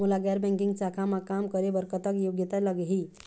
मोला गैर बैंकिंग शाखा मा काम करे बर कतक योग्यता लगही?